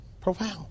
Profound